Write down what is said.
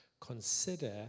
consider